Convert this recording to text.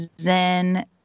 Zen